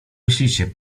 myślicie